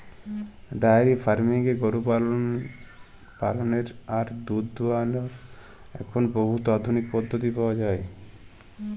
diary ফার্মিংয়ে গরু পাললেরলে আর দুহুদ দুয়ালর এখল বহুত আধুলিক পদ্ধতি পাউয়া যায়